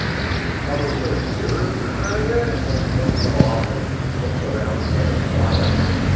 and she covers her ears during it and then takes them off and looks around kind of wide eyed.